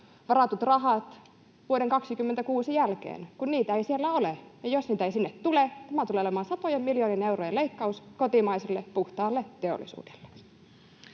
varatut rahat vuoden 26 jälkeen, kun niitä ei siellä ole? Ja jos niitä ei sinne tule, tämä tulee olemaan satojen miljoonien eurojen leikkaus kotimaiselle puhtaalle teollisuudelle.